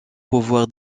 pouvoir